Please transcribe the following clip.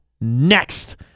next